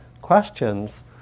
questions